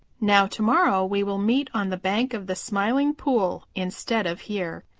now to-morrow we will meet on the bank of the smiling pool instead of here.